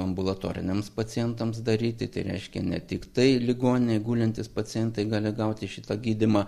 ambulatoriniams pacientams daryti tai reiškia ne tiktai ligoninėj gulintys pacientai gali gauti šitą gydymą